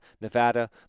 Nevada